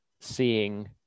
seeing